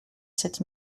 sept